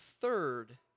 third